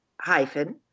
hyphen